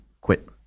quit